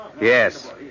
Yes